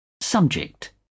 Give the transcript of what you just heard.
Subject